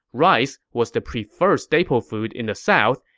rice was the preferred staple food in the south,